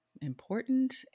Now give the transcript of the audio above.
important